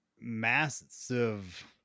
massive